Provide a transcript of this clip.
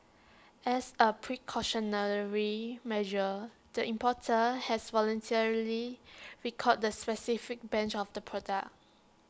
as A precautionary measure the importer has voluntarily recalled the specific batch of the product